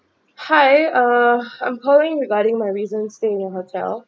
hi uh I'm calling regarding my recent stay in your hotel